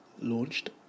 launched